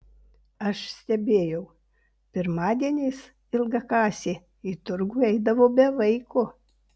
aš stebėjau pirmadieniais ilgakasė į turgų eidavo be vaiko